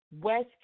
West